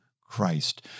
Christ